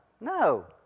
No